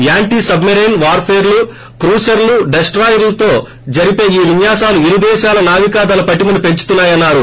anti submarine వార్పేర్లు క్రూసర్లు డెస్లాయర్లతో జరిపే ఈ విన్వాసాలు ఇరుదేశాల నావికాదళ పటిమను పెంచుతాయన్నారు